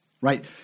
right